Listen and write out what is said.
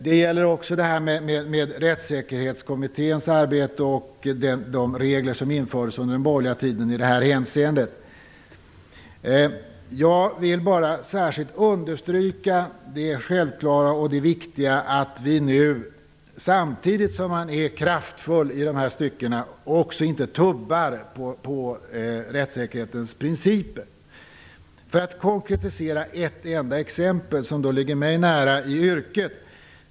Det gäller också Rättssäkerhetskommitténs arbete och de regler som infördes under den borgerliga tiden i detta hänseende. Jag vill särskilt understryka det självklara och viktiga att vi nu, samtidigt som man är kraftfull i dessa stycken, inte tubbar på rättssäkerhetens principer. Jag kan konkretisera med ett enda exempel som ligger mig nära i yrket.